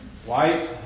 White